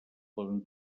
poden